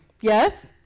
yes